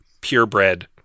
purebred